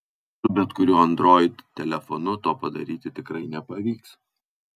su bet kuriuo android telefonu to padaryti tikrai nepavyks